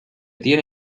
tiene